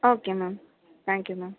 okay ma'am thank you ma'am